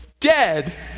dead